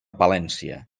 palència